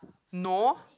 no